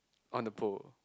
on the pole